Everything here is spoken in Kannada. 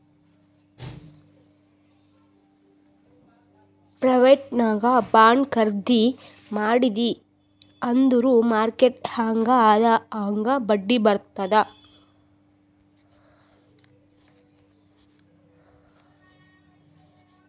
ಪ್ರೈವೇಟ್ ನಾಗ್ ಬಾಂಡ್ ಖರ್ದಿ ಮಾಡಿದಿ ಅಂದುರ್ ಮಾರ್ಕೆಟ್ ಹ್ಯಾಂಗ್ ಅದಾ ಹಾಂಗ್ ಬಡ್ಡಿ ಬರ್ತುದ್